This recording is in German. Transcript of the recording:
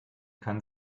kann